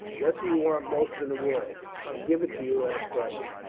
what do you want most in the world? i'll give it you at a price.